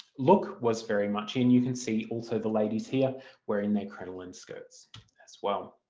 look was very much in. you can see also the ladies here wearing their crinoline skirts as well.